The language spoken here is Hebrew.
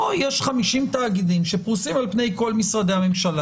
פה יש חמישים תאגידים שפרוסים על פני כל משרדי הממשלה